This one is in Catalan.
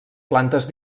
plantes